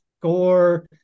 score